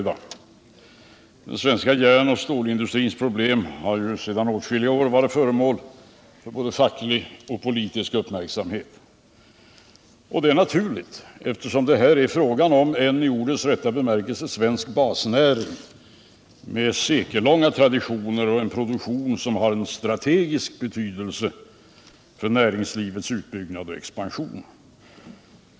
Den svenska järnoch stålindustrins problem har sedan åtskilliga år varit föremål för både facklig och politisk uppmärksamhet. Det är naturligt, eftersom det här är fråga om en i ordets rätta bemärkelse svensk basnäring med sekellånga traditioner och en produktion som har strategisk betydelse för näringslivets utbyggnad och expansion.